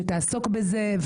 שתעסוק בזה,